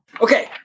Okay